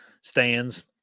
stands